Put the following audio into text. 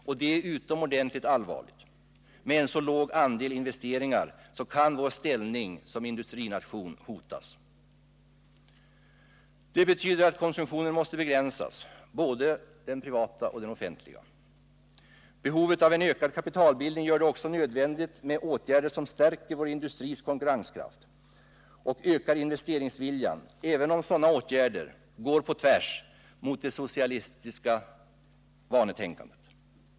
Detta är utomordentligt allvarligt — med en så låg andel investeringar kan vår ställning som industrination hotas. Det betyder att konsumtionen måste begränsas — både inom den privata och inom den offentliga sektorn. Behovet av en ökad kapitalbildning gör det också nödvändigt med åtgärder som stärker vår industris konkurrenskraft och ökar investeringsviljan, även om sådana åtgärder går på tvärs mot det socialistiska vanetänkandet.